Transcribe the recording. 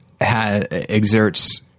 exerts